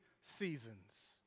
seasons